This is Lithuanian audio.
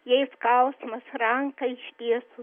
jei skausmas ranką ištiestų